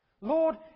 Lord